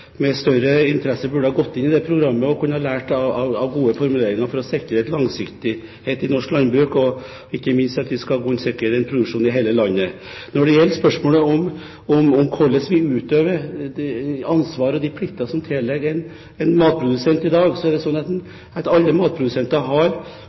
større interesse burde ha gått inn i det programmet og lært av gode formuleringer for å sikre langsiktighet i norsk landbruk, og ikke minst for at vi skal kunne sikre en produksjon over hele landet. Når det gjelder spørsmålet om hvordan vi utøver ansvaret med de plikter som tilligger en matprodusent i dag, er det slik at